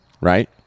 right